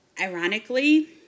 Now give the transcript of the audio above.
ironically